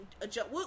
adjust